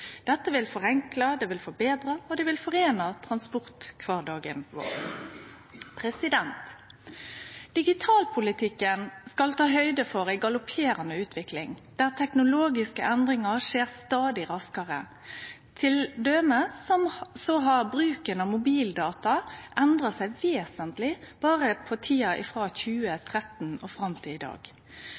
Dette vil forenkle, forbetre og foreine transportkvardagen vår. Digitalpolitikken skal ta høgd for ei galopperande utvikling der teknologiske endringar skjer stadig raskare. Til dømes har bruken av mobildata endra seg vesentleg berre i tida frå 2013 og fram til i dag.